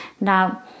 Now